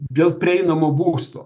dėl prieinamo būsto